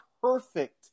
perfect